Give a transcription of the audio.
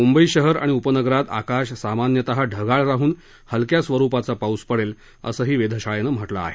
मुंबई शहर आणि उपनगरात आकाश सामान्यत ढगाळ राहून हलक्या स्वरुपाचा पाऊस पडेल असही वेधशाळेनं म्हटलं आहे